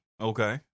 Okay